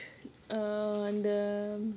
um அந்த:andha